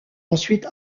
ensuite